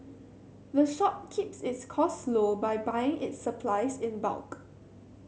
the shop keeps its costs low by buying its supplies in bulk